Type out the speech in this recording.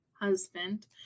husband